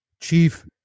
chief